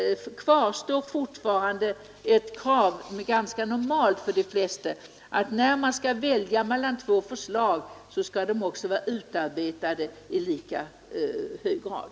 Kvar står fortfarande kravet — ganska normalt för de flesta — att när man skall välja mellan två förslag skall de också vara utarbetade i lika hög grad.